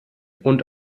und